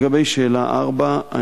לגבי שאלה 4,